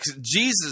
Jesus